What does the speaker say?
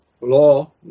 law